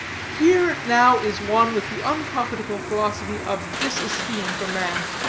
here now is one with the unprofitable philosophy of disesteem for man.